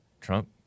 Trump